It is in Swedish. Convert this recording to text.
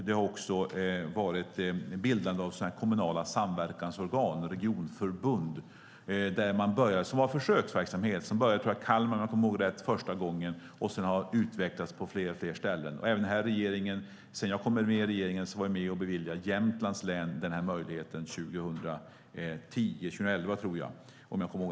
Det har också bildats kommunala samverkansorgan eller regionförbund. Det började som en försöksverksamhet i Kalmar, om jag kommer ihåg rätt, och har sedan utvecklats på fler och fler ställen. Sedan jag kom med i regeringen har vi beviljat Jämtlands län den här möjligheten. Det var 2010 eller 2011, tror jag.